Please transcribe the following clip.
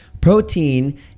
protein